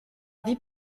vie